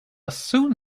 soon